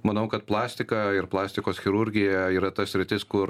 manau kad plastika ir plastikos chirurgija yra ta sritis kur